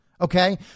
Okay